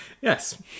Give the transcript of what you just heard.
Yes